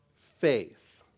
faith